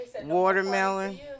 Watermelon